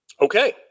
Okay